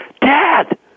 Dad